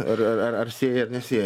ar ar ar sieja ar nesieja